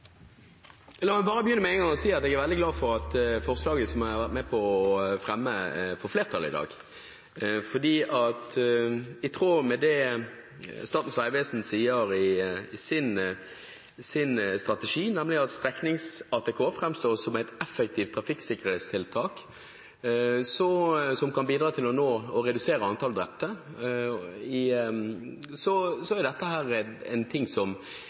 La meg begynne med å si at jeg er veldig glad for at forslaget som jeg har vært med på å fremme, får flertall i dag. I tråd med det Statens vegvesen sier i sin strategi – at streknings-ATK framstår som et effektivt trafikksikkerhetstiltak som kan bidra til å redusere antallet drepte – er dette et